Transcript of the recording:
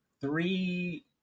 three